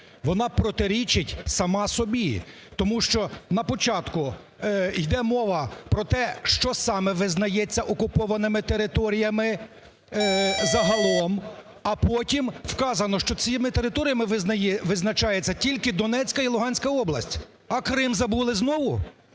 вона протирічить сама собі, тому що на початку йде мова про те, що саме визнається окупованими територіями загалом, а потім вказано, що цими територіями визначається тільки Донецька і Луганська область, а Крим забули знову.